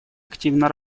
активно